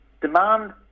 demand